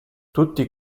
tutti